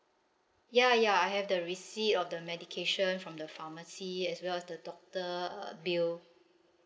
ya ya I have the receipt of the medication from the pharmacy as well as the doctor uh bill